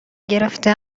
گرفته